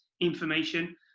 information